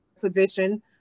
position